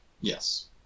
Yes